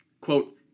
quote